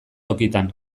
tokitan